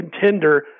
contender